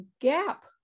gap